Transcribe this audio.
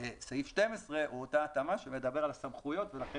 סעיף (12) הוא אותה התאמה שמדבר על הסמכויות ולכן